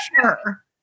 sure